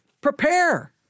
prepare